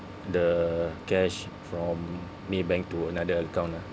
the cash from Maybank to another account ah